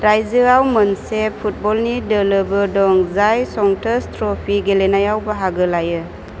राज्योआव मोनसे फुटबलनि दोलोबो दं जाय संतोष ट्रॉफी गेलेनायाव बाहागो लायो